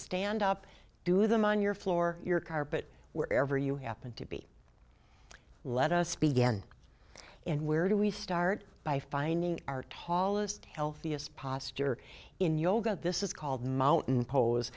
stand up do them on your floor your carpet wherever you happen to be let us begin and where do we start by finding our tallest healthiest posture in yoga this is called mountain po